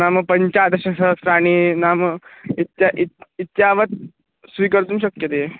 नाम पञ्चदशसहस्राणि नाम इति इति इत्यवत् स्वीकर्तुं शक्यते